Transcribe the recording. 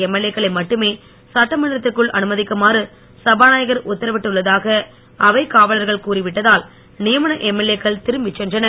MLA க்களை மட்டுமே சட்டமன்றத்திற்குள் அனுமதிக்குமாறு சபாநாயகர் உத்தரவிட்டுள்ளதாக அவைக் காவலர்கள் கூறி விட்டதால் நியமன எம்எல்ஏ க்கள் திரும்பிச் சென்றனர்